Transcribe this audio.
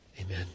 Amen